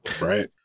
Right